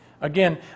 Again